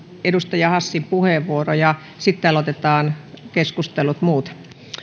edustaja hassin puheenvuoro ja sitten aloitetaan keskustelut muuten